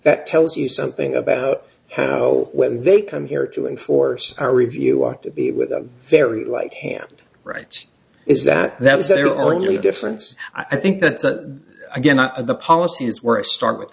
that tells you something about how when they come here to enforce our review ought to be with a very light hand right is that that is their only difference i think that again the policy is where i start with